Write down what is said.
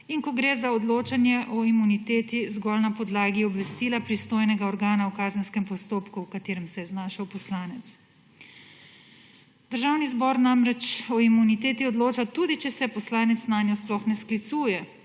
in ko gre za odločanje o imuniteti zgolj na podlagi obvestila pristojnega organa v kazenskem postopku, v katerem se je znašel poslanec. Državni zbor namreč o imuniteti odloča tudi, če se poslanec nanjo sploh ne sklicuje,